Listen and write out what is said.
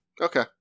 Okay